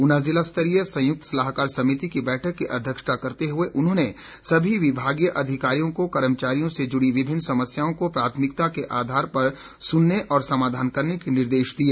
ऊना जिला स्तरीय संयुक्त सलाहकार समिति की बैठक की अध्यक्षता करते हुए उन्होंने सभी विभागीय अधिकारियों को कर्मचारियों से जुड़ी विभिन्न समस्याओं को प्राथमिकता के आधार पर सुनने और समाधान करने के निर्देश दिए